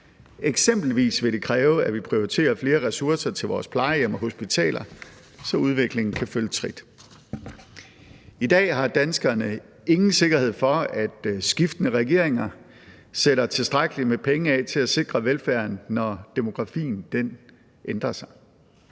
Eksempelvis vil det kræve, at vi prioriterer flere ressourcer til vores plejehjem og hospitaler, så udviklingen kan følge trit. I dag har danskerne ingen sikkerhed for, at skiftende regeringer sætter tilstrækkeligt med penge af til at sikre velfærden, når demografien ændrer sig.